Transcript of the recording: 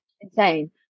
insane